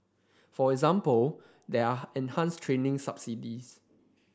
for example there are enhanced training subsidies